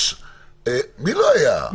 מי לא היה?